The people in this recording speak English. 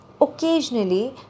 occasionally